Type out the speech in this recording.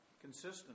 Consistent